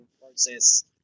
process